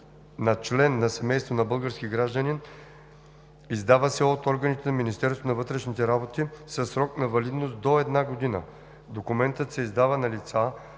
на „член на семейство на български гражданин“ – издава се от органите на Министерството на вътрешните работи със срок на валидност до една година; документът се издава на лица,